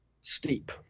steep